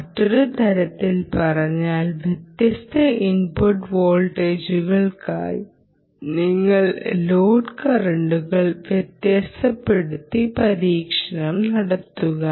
മറ്റൊരു തരത്തിൽ പറഞ്ഞാൽ വ്യത്യസ്ത ഇൻപുട്ട് വോൾട്ടേജുകൾക്കായി നിങ്ങൾ ലോഡ് കറന്റുകൾ വ്യത്യാസപ്പെടുത്തി പരീക്ഷണം നടത്തുന്നു